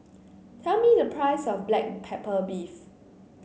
tell me the price of Black Pepper Beef